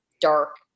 dark